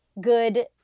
good